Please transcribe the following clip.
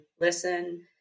listen